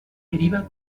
deriva